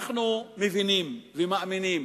אנחנו מבינים ומאמינים